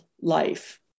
life